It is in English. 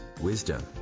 wisdom